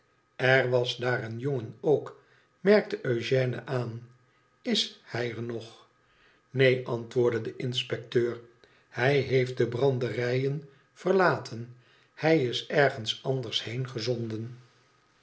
r was daar een jongen ook merkte eugène aan is hij er nog neen antwoordde de inspecteur thij heeft de branderijen verlaten hij is ergens anders heen